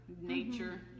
nature